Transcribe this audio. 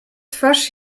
twarz